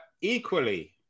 equally